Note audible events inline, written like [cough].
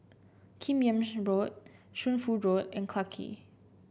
Kim Yam [unintelligible] Road Shunfu Road and Clarke Quay